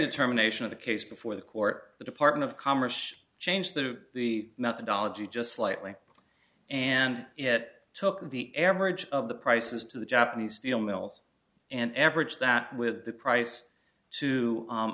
determination of the case before the court the department of commerce changed the the methodology just slightly and it took the average of the prices to the japanese steel mills and average that with the price to